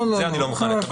זה אני לא מוכן לקבל.